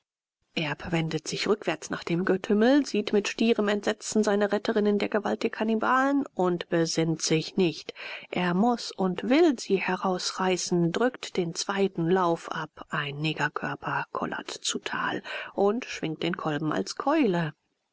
erb wendet sich rückwärts nach dem getümmel sieht mit stierem entsetzen seine retterin in der gewalt der kannibalen und besinnt sich nicht er muß und will sie herausreißen drückt den zweiten lauf ab ein negerkörper kollert zu tal und schwingt den kolben als keule